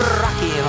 rocky